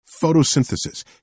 Photosynthesis